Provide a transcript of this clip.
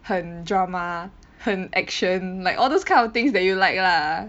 很 drama 很 action like all those kind of things that you like lah